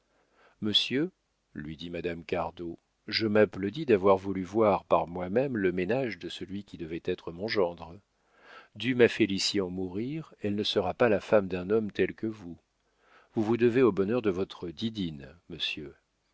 monsieur lui dit madame cardot je m'applaudis d'avoir voulu voir par moi-même le ménage de celui qui devait être mon gendre dût ma félicie en mourir elle ne sera pas la femme d'un homme tel que vous vous vous devez au bonheur de votre didine monsieur